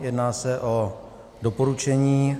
Jedná se o doporučení.